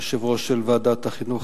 היושב-ראש של ועדת החינוך,